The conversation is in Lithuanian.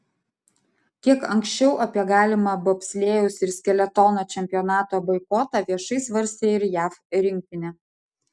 kiek anksčiau apie galimą bobslėjaus ir skeletono čempionato boikotą viešai svarstė ir jav rinktinė